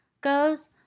goes